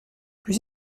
puis